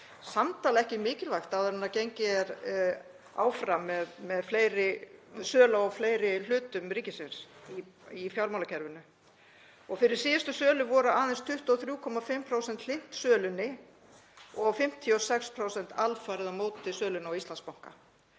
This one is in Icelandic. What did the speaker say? samtal ekki mikilvægt áður en gengið er áfram með sölu á fleiri hlutum ríkisins í fjármálakerfinu. Fyrir síðustu sölu voru aðeins 23,5% hlynnt sölunni og 56% alfarið á móti sölunni á Íslandsbanka.